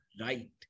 right